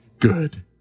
good